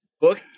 book